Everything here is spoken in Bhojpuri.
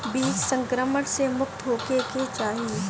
बीज संक्रमण से मुक्त होखे के चाही